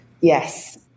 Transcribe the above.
Yes